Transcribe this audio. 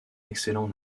excellent